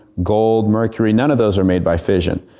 gold. mercury. none of those are made by fission.